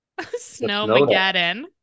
Snowmageddon